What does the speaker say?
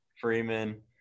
Freeman